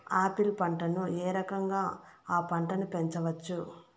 Apple పంటను ఏ రకంగా అ పంట ను పెంచవచ్చు?